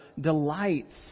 delights